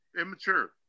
immature